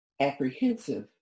apprehensive